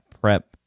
prep